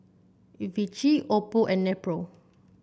V Vichy Oppo and Nepro